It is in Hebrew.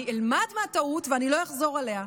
אני אלמד מהטעות ואני לא אחזור עליה.